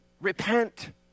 repent